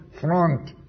front